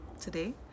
today